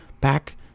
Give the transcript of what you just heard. Back